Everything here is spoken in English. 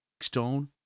stone